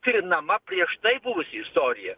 trinama prieš tai buvusi istorija